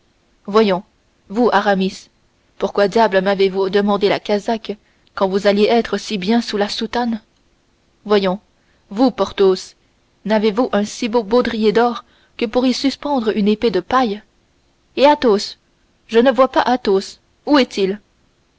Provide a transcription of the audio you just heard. voyons vous aramis pourquoi diable m'avez-vous demandé la casaque quand vous alliez être si bien sous la soutane voyons vous porthos n'avez-vous un si beau baudrier d'or que pour y suspendre une épée de paille et athos je ne vois pas athos où est-il